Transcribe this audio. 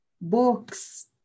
books